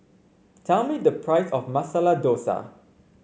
tell me the price of Masala Dosa